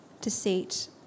deceit